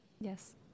Yes